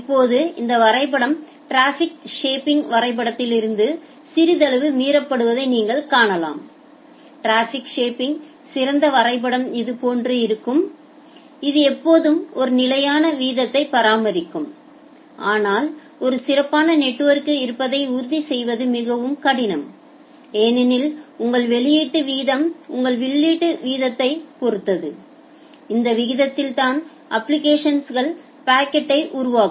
இப்போது இந்த வரைபடம் டிராபிக் ஷேப்பிங் வரைபடத்திலிருந்து சிறிதளவு மீறப்படுவதை நீங்கள் காணலாம் டிராபிக் ஷேப்பிங் சிறந்த வரைபடம் இது போன்று இருக்கும் இது எப்போதும் ஒரு நிலையான வீதத்தை பராமரிக்கும் ஆனால் ஒரு சிறப்பான நெட்வொர்க்கை இருப்பதை உறுதி செய்வது மிகவும் கடினம் ஏனெனில் உங்கள் வெளியீட்டு வீதமும் உங்கள் உள்ளீட்டு வீதத்தைப் பொறுத்தது இந்த விகிதத்தில் தான் அப்ளிகேஷன்கள் பாக்கெட்டை உருவாக்கும்